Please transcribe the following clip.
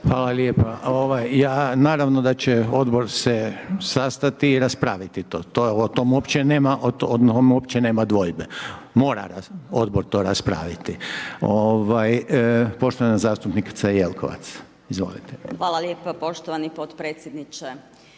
ovaj ja naravno da će odbor sastati i raspraviti to, o tom uopće nema dvojbe, mora odbor to raspraviti. Ovaj, poštovana zastupnica Jelkovac. **Jelkovac, Marija (HDZ)** Hvala lijepa poštovani podpredsjedniče,